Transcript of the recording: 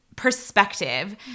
perspective